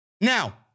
Now